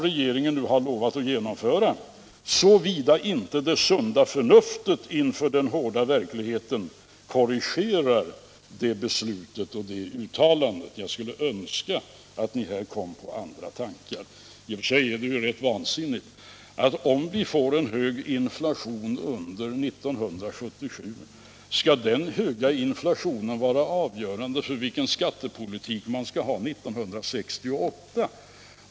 Regeringen har lovat att genomföra en sådan justering, såvida nu inte det sunda förnuftet inför den hårda verkligheten korrigerar det beslut som ni enligt de officiella uttalandena skall fatta. Jag skulle önska att ni här kommer på andra tankar. I och för sig är det naturligtvis vansinnigt att en hög inflation under 1977 —- om vi nu får en sådan — skall vara avgörande för den skattepolitik som skall föras under 1978.